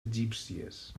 egípcies